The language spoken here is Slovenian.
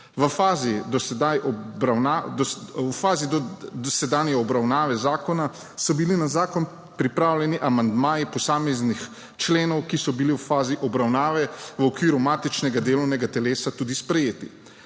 V fazi dosedanje obravnave zakona so bili na zakon pripravljeni amandmaji posameznih členov, ki so bili v fazi obravnave v okviru matičnega delovnega telesa tudi sprejeti.